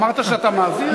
אמרת שאתה מעביר,